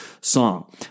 song